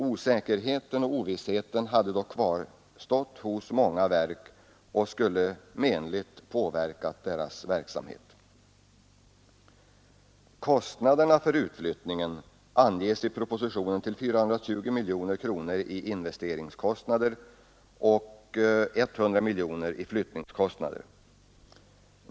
Osäkerheten och ovissheten hade då kvarstått hos många verk och skulle menligt ha påverkat deras verksamhet. Kostnaderna för utflyttningen anges i propositionen till 420 miljoner kronor i investeringskostnader och 100 miljoner kronor i flyttningskostnader.